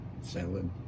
salad